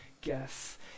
guess